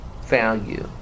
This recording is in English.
value